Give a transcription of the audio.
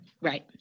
right